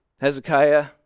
Hezekiah